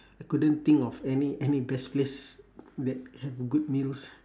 I couldn't think of any any best place that have good meals